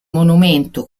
monumento